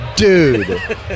Dude